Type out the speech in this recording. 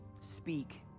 speak